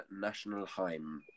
Nationalheim